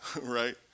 right